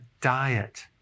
diet